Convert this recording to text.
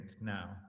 now